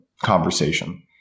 conversation